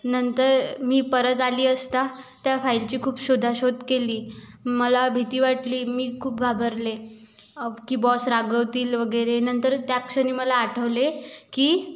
नंतर मी परत आली असता त्या फाईलची खूप शोधाशोध केली मला भीती वाटली मी खूप घाबरले अब की बॉस रागवतील वगैरे नंतर त्या क्षणी मला आठवले की